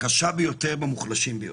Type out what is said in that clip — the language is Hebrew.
קשה ביותר במוחלשים ביותר.